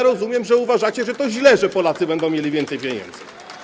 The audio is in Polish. Rozumiem, że uważacie, że to źle, że Polacy będą mieli więcej pieniędzy?